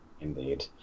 Indeed